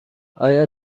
آیا